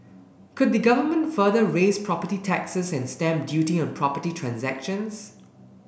could the Government further raise property taxes and stamp duty on property transactions